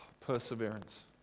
Perseverance